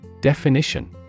Definition